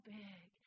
big